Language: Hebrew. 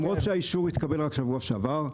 למרות שהאישור התקבל רק בשבוע שעבר,